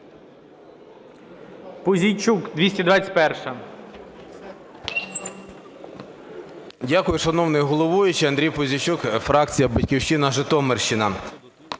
Пузійчук, 221-а.